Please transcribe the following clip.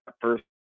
first